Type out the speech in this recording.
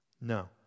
No